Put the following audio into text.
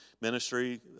ministry